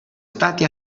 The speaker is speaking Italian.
stati